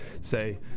say